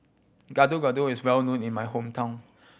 Gado Gado is well known in my hometown